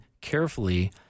carefully